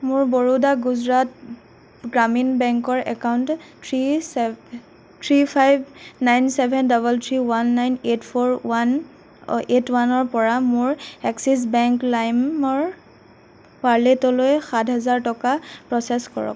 মোৰ বৰোডা গুজৰাট গ্ৰামীণ বেংকৰ account three seven three five nine seven double three one nine eight four eight one eight ওৱানৰ পৰা মোৰ Axis bank লাইমৰ ৱালেটলৈ সাত হাজাৰ টকা প্ৰচেছ কৰক